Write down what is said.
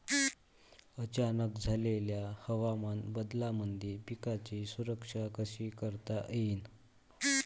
अचानक झालेल्या हवामान बदलामंदी पिकाची सुरक्षा कशी करता येईन?